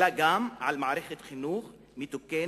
אלא גם על מערכת חינוך מתוקנת,